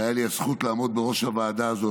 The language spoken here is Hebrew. והייתה לי הזכות לעמוד בראש הוועדה הזו.